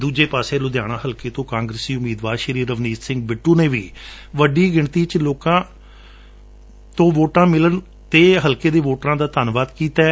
ਦੁਜੇ ਪਾਸੇ ਲੁਧਿਆਣਾ ਹਲਕੇ ਤੋਂ ਕਾਂਗਰਸੀ ਉਮੀਦਵਾਰ ਰਵਨੀਤ ਸਿੰਘ ਬਿੱਟੁ ਨੇ ਵੀ ਵੱਡੀ ਗਿਣਤੀ ਵਿਚ ਵੋਟਾਂ ਮਿਲਣ ਤੇ ਹਲਕੇ ਦੇ ਵੋਟਰਾਂ ਦਾ ਧੰਨਵਾਦ ਕੀਤੈ